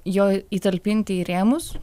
jo įtalpinti į rėmus